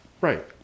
Right